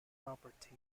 property